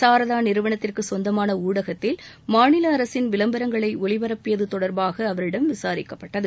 சாரதா நிறுவனத்திற்கு சொந்தமாள ஊடகத்தில் மாநில அரசின் விளம்பரங்களை ஒளிபரப்பியது அவரிடம் விசாரிக்கப்பட்டது